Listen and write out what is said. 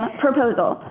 but proposal.